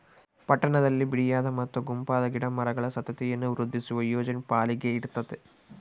ಪಟ್ಟಣದಲ್ಲಿ ಬಿಡಿಯಾದ ಮತ್ತು ಗುಂಪಾದ ಗಿಡ ಮರಗಳ ಸಂತತಿಯನ್ನು ವೃದ್ಧಿಸುವ ಯೋಜನೆ ಪಾಲಿಕೆಗಿರ್ತತೆ